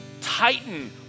titan